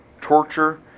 torture